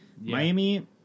Miami